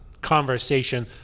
Conversation